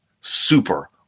Super